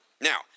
Now